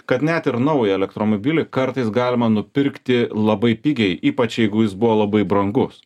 kad net ir naują elektromobilį kartais galima nupirkti labai pigiai ypač jeigu jis buvo labai brangus